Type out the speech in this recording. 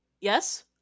yes